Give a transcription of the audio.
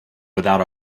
without